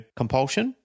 compulsion